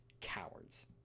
cowards